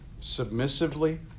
submissively